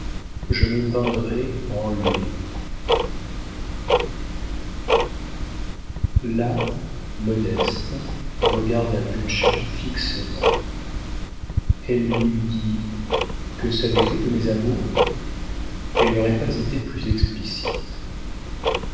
je me peindrai en laid là modeste regarda butscha fixement elle lui eût dit que savez-vous de mes amours elle n'aurait pas été plus explicite